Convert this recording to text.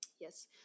Yes